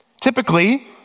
Typically